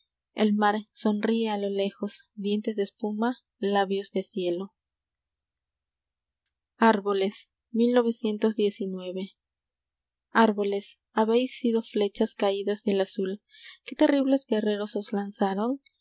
el mar sonríe a lo lejos dientes de espuma labios de cielo árboles habéis sido flechas c aidas del azul qué terribles guerreros os lanzaron